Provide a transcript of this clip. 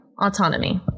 autonomy